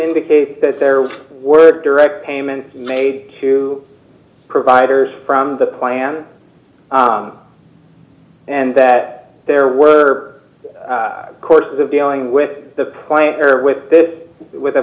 indicate that there was word direct payments made to providers from the plan and that there were courses of dealing with the plant or with this with a